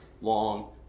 long